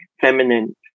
feminine